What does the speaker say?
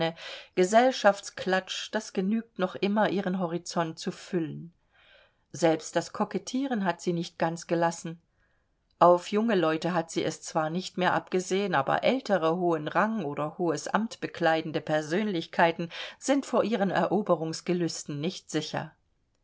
gesellschaftsklatsch das genügt noch immer ihren horizont zu füllen selbst das kokettieren hat sie nicht ganz gelassen auf junge leute hat sie es zwar nicht mehr abgesehen aber ältere hohen rang oder hohes amt bekleidende persönlichkeiten sind vor ihren eroberungsgelüsten nicht sicher